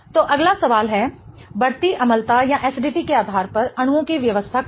तो अगला सवाल है बढ़ती अम्लता के आधार पर अणुओं की व्यवस्था करें